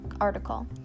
article